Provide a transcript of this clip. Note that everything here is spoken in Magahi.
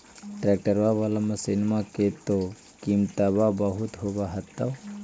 ट्रैक्टरबा बाला मसिन्मा के तो किमत्बा बहुते होब होतै?